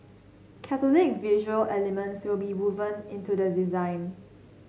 Catholic visual elements will be woven into the design